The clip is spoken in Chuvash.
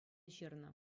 ҫырнӑ